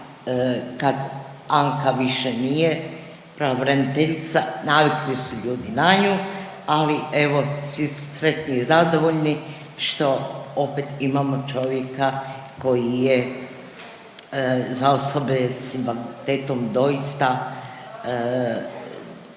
kad Anka više nije pravobraniteljica, navikli su ljudi na nju, ali evo, svi su sretni i zadovoljni, što opet imamo čovjeka koji je za osobe s invaliditetom doista